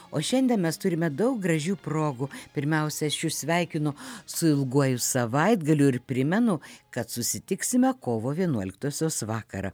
o šiandien mes turime daug gražių progų pirmiausia aš jus sveikinu su ilguoju savaitgaliu ir primenu kad susitiksime kovo vienuoliktosios vakarą